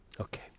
okay